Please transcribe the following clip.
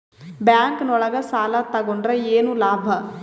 Bank ನೊಳಗ ಸಾಲ ತಗೊಂಡ್ರ ಏನು ಲಾಭ?